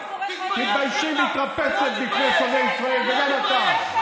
יושב-ראש מפלגה בישראל הוא ארכי-טרוריסט?